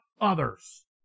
others